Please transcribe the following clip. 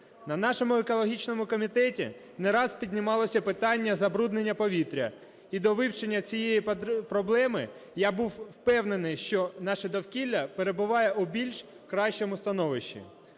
На нашому екологічному комітеті не раз піднімалося питання забруднення повітря. І до вивчення цієї проблеми, я був впевнений, що наше довкілля перебуває у більш кращому становищі.